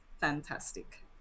fantastic